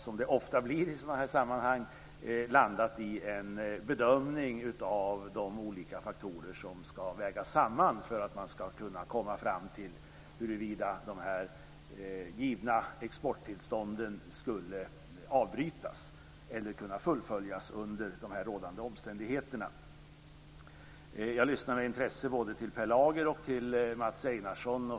Som det ofta blir i sådana här sammanhang har det landat i en bedömning av de olika faktorer som ska vägas samman för att man ska kunna komma fram till huruvida de givna exporttillstånden skulle avbrytas eller fullföljas under de rådande omständigheterna. Jag lyssnade med intresse till både Per Lager och Mats Einarsson.